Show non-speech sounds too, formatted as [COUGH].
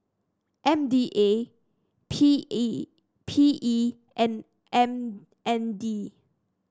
M D A P [UNINTELLIGIBLE] P E and M N D